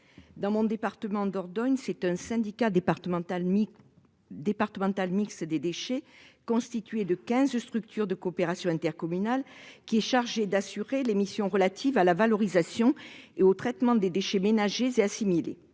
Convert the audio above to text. Dans mon département, la Dordogne, c'est un syndicat départemental mixte des déchets, constitué de quinze structures de coopération intercommunale, qui est chargé d'assurer les missions relatives à la valorisation et au traitement des déchets ménagers et assimilés.